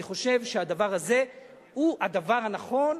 אני חושב שהדבר הזה הוא הדבר הנכון.